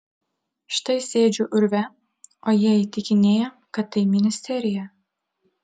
štai sėdžiu urve o jie įtikinėja kad tai ministerija